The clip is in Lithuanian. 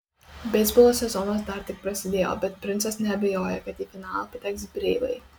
beisbolo sezonas dar tik prasidėjo bet princas neabejoja kad į finalą pateks breivai